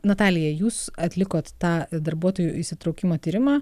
natalija jus atlikot tą darbuotojų įsitraukimo tyrimą